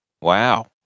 Wow